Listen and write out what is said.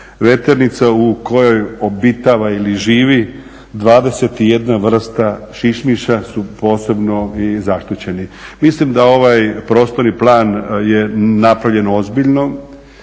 Veternica u kojoj obitava ili živi 21 vrsta šišmiša su posebno i zaštićeni. Mislim da ovaj prostorni plan je napravljen ozbiljno,